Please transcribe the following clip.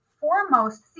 foremost